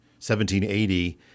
1780